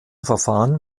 verfahren